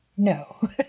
no